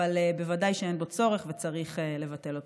אבל בוודאי שאין בו צורך, וצריך לבטל אותו.